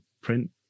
print